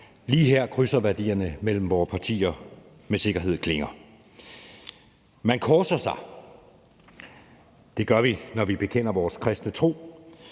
Lige her krydser værdierne mellem vore partier med sikkerhed klinger. Man korser sig. Det gør vi, når vi bekender vores kristne tro.